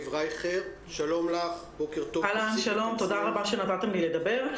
תודה רבה שנתתם לי לדבר.